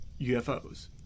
UFOs